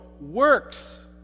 Works